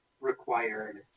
required